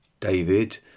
David